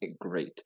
great